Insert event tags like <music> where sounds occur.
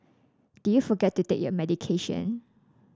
did you forget to take your <unintelligible>